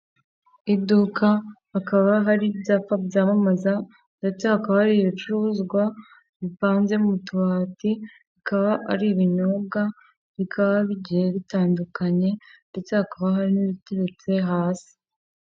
Iduka hakaba hari ibyapa byamamaza ndetse hakaba hari ibicuruzwa bivanze mu tubati bikaba ari ibinyobwa bikaba bigiye bitandukanye, ndetse hakaba hari n'ibiteretse hasi.